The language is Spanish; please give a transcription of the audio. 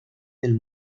del